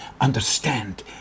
understand